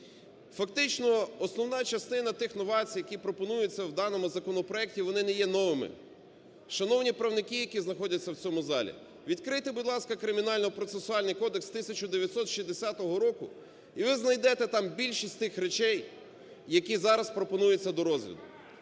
Фактично основна частина тих новацій, які пропонуються у даному законопроекті, вони не є новими. Шановні правники, які знаходяться у цьому залі, відкрийте, будь ласка, Кримінально-процесуальний кодекс 1960 року і ви знайдете там більшість тих речей, які зараз пропонуються до розгляду.